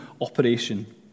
operation